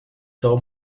saw